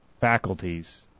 faculties